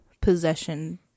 possession